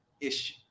issue